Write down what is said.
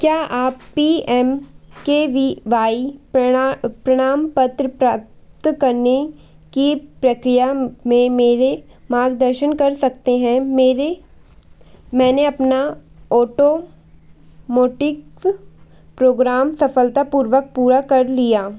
क्या आप P M K V Y प्रना प्रणाम पत्र प्राप्त करने की प्रक्रिया में मेरे मार्गदर्शन कर सकते हैं मेरे मैंने अपना ऑटोमोटिक प्रोग्राम सफलतापूर्वक पूरा कर लिया